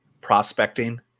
prospecting